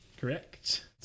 Correct